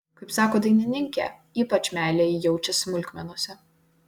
kaip sako dainininkė ypač meilę ji jaučia smulkmenose